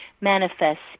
manifests